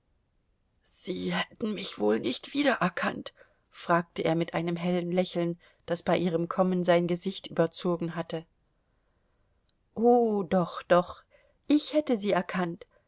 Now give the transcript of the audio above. sie hätten mich wohl nicht wiedererkannt fragte er mit einem hellen lächeln das bei ihrem kommen sein gesicht überzogen hatte o doch doch ich hätte sie erkannt